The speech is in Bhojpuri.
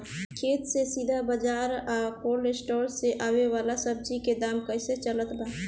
खेत से सीधा बाज़ार आ कोल्ड स्टोर से आवे वाला सब्जी के दाम में केतना के अंतर चलत बा?